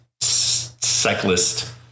cyclist